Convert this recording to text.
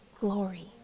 glory